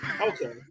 Okay